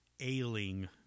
ailing